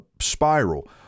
spiral